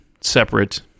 separate